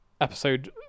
episode